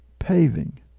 Paving